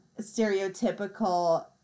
stereotypical